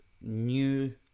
new